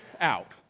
out